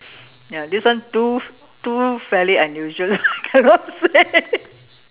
ya this one too too fairly unusual I cannot say